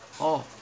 oh